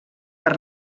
per